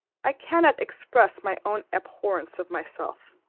i cannot express my own abhorrence of myself.